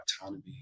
autonomy